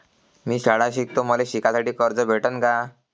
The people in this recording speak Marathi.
मी शाळा शिकतो, मले शिकासाठी कर्ज भेटन का?